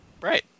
Right